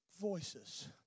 voices